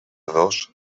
dos